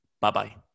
Bye-bye